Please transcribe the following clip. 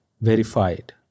verified